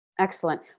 Excellent